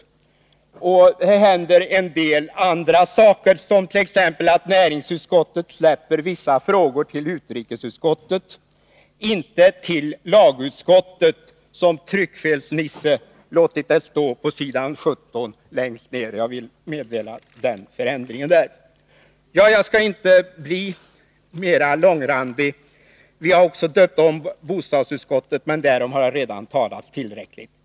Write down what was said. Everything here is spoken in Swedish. Det händer en del andra saker också, t.ex. att näringsutskottet överlåter vissa frågor till utrikesutskottet — inte till lagutskottet som tryckfelsnisse låtit det stå längst ned på s. 17 i betänkandet. Jag vill meddela den förändringen. Vi har också döpt om civilutskottet till bostadsutskottet, men därom har redan talats tillräckligt.